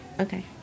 Okay